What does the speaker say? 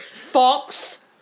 Fox